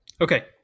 Okay